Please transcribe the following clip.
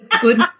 Good